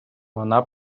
вона